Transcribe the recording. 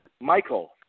Michael